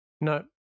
No